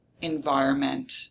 environment